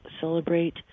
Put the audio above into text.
celebrate